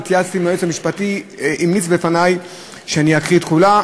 אני התייעצתי עם היועץ המשפטי והוא המליץ בפני שאני אקריא את כולה,